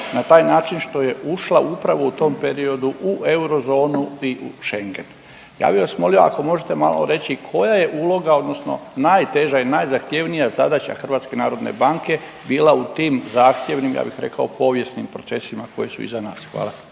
na taj način što je ušla upravo u tom periodu u Eurozonu i u Schengen. Ja bi vas molio ako možete malo reći koja je uloga odnosno najteža i najzahtjevnija zadaća HNB-a bila u tim zahtjevnim ja bih rekao povijesnim procesima koji su iza nas? Hvala.